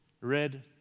red